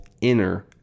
inner